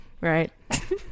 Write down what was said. right